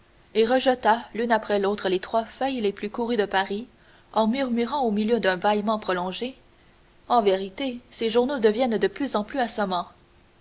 et rejeta l'une après l'autre les trois feuilles les plus courues de paris en murmurant au milieu d'un bâillement prolongé en vérité ces journaux deviennent de plus en plus assommants